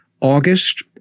August –